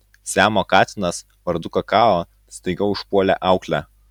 siamo katinas vardu kakao staiga užpuolė auklę